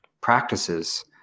practices